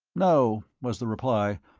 no, was the reply,